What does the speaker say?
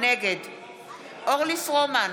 נגד אורלי פרומן,